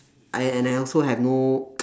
and I also have no